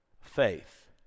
faith